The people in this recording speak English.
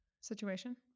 situation